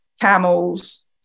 camels